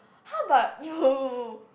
how about you